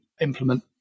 implement